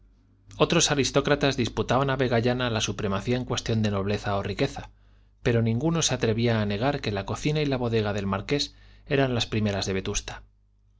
otros aristócratas disputaban a vegallana la supremacía en cuestión de nobleza o riqueza pero ninguno se atrevía a negar que la cocina y la bodega del marqués eran las primeras de vetusta